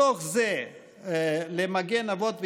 מתוך זה ל"מגן אבות ואימהות",